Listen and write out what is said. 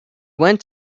went